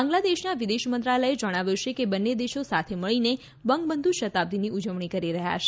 બાંગ્લાદેશના વિદેશ મંત્રાલયે જણાવ્યું છે કે બંને દેશો સાથે મળીને બંગબંધુ શતાબ્દીની ઉજવણી કરી રહ્યા છે